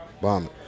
Bomb